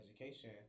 education